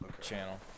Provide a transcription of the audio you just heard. channel